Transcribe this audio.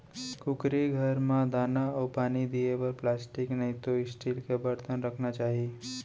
कुकरी घर म दाना अउ पानी दिये बर प्लास्टिक नइतो स्टील के बरतन राखना चाही